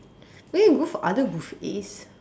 we can go for other buffets